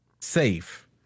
safe